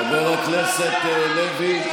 חבר הכנסת לוי,